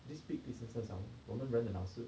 this big distances hor 我们人的脑是